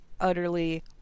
utterly